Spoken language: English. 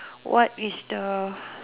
what is the